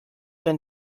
been